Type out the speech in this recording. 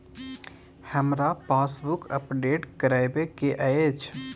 हमरा passbook update करैबे के अएछ?